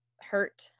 hurt